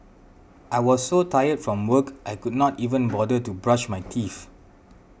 I was so tired from work I could not even bother to brush my teeth